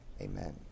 Amen